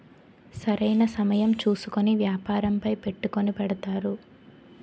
సరైన సమయం చూసుకొని వ్యాపారంపై పెట్టుకుని పెడతారు